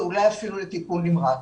ואולי אפילו לטיפול נמרץ.